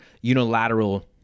unilateral